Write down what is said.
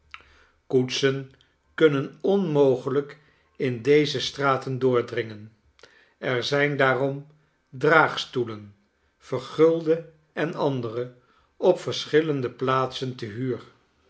koetsen kunnen onmogelijk in deze straten doordringen er zijn daarom draagstoelen vergulde en andere op verschillende plaatsen te huur